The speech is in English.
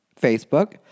Facebook